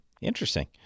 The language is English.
Interesting